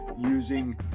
using